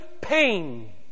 pain